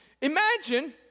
Imagine